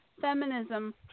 feminism